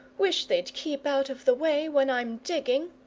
wish they'd keep out of the way when i'm digging.